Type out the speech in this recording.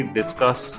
discuss